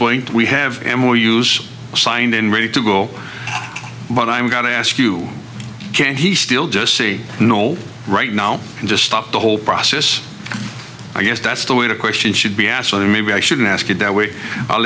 point we have more use signed and ready to go but i'm going to ask you can't he still just say no right now just stop the whole process i guess that's the way the question should be asked and maybe i shouldn't ask it that way i'll